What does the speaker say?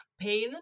Pain